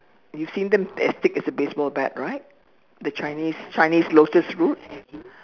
you seen them as thick as a baseball bat right the Chinese Chinese lotus root